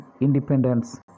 Independence